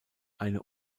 eine